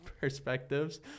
perspectives